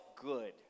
good